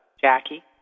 Jackie